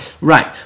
Right